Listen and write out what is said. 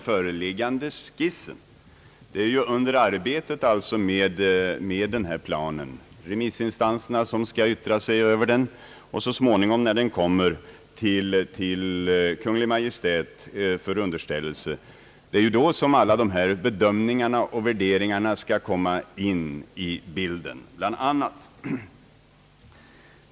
Planen är under arbete, remissinstanserna skall yttra sig över den, så småningom underställs den Kungl. Maj:ts prövning, och det är då som bl.a. alla dessa bedömningar och värderingar skall komma in i bilden.